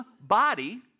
body